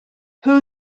who